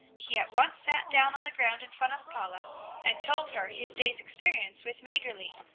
he at once sat down on the ground in front of paula and told her his day's experience with maggerli.